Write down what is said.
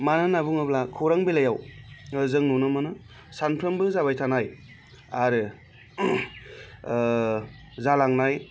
मानो होनना बुङोब्ला खौरां बिलाइयाव जों नुनो मोनो सामफ्रोमबो जाबाय थानाय आरो जालांनाय